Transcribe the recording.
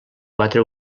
quatre